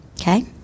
okay